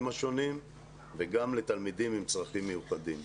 השונים וגם לתלמידים עם צרכים מיוחדים.